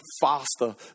faster